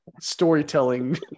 storytelling